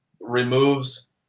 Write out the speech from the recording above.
removes